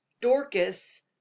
dorcas